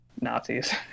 Nazis